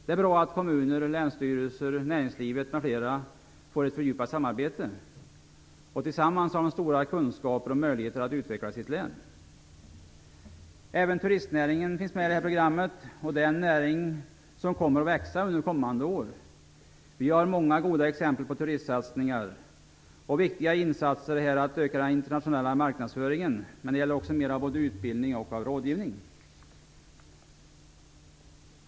Det är bra att kommuner, länsstyrelser, näringslivet, m.fl. får ett fördjupat samarbete. Tillsammans har de stora kunskaper och möjligheter att utveckla sitt län. Även turistnäringen finns med i detta program. Det är en näring som kommer att växa under kommande år. Vi har många goda exempel på turistsatsningar. Viktiga insatser här är att öka den internationella marknadsföringen. Men det gäller också att satsa mer på både utbildning och rådgivning.